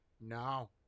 no